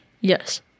Yes